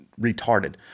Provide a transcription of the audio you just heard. retarded